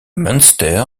munster